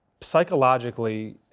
psychologically